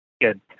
Good